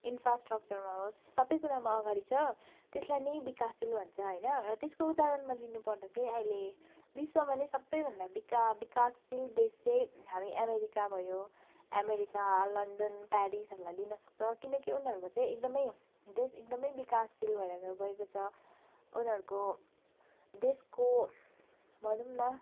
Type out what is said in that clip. इन्फ्रास्ट्रक्चरमा होस् सबै कुरामा अगाडि छ त्यसलाई नै विकासशील भन्छ होइन र त्यसको उदाहरणमा लिनु पर्दा चाहिँ अहिले विश्वमा नै सबैभन्दा विका विकासशील देश चाहिँ हामी अमेरिका भयो अमेरिका लन्डन प्यारिसहरूलाई लिन सक्छौँ किनकि उनीहरूमा चाहिँ एकदम देश एकदम विकासशील भएर गएको छ उनीहरूको देशको भनौँ न